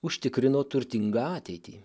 užtikrino turtingą ateitį